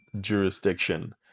jurisdiction